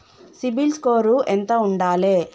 CIBIL score ఎంత ఉండాలే?